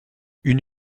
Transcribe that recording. une